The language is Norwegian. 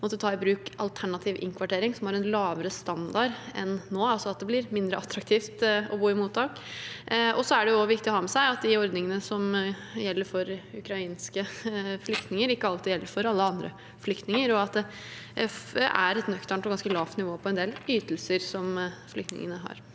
måtte ta i bruk alternativ innkvartering som har en lavere standard enn nå, altså at det blir mindre attraktivt å bo i mottak. Det er også viktig å ha med seg at de ordningene som gjelder for ukrainske flyktninger, ikke alltid gjelder for alle andre flyktninger, og at det er et nøkternt og ganske lavt nivå på en del ytelser flyktningene har.